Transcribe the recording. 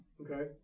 Okay